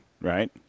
right